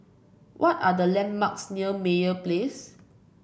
what are the landmarks near Meyer Place